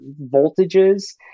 voltages